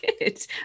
good